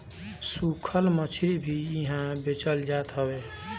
सुखल मछरी भी इहा बेचल जात हवे